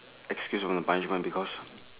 excused from the punishment because